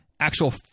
actual